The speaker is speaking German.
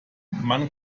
man